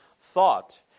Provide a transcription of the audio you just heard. thought